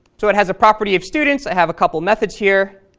so it has a property of students. i have a couple methods here